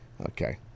Okay